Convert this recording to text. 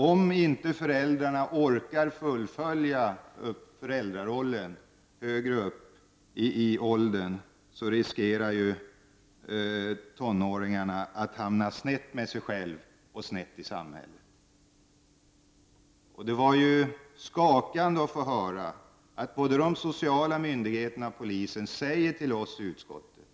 Om föräldrarna inte orkar fullfölja föräldrarollen när ungdomarna kommer upp i högre åldrar finns ju risken att tonåringarna hamnar snett i samhället. Det var skakande att höra vad både de sociala myndigheterna och polisen hade att säga till oss i utskottet.